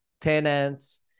tenants